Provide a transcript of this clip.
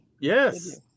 Yes